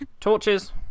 Torches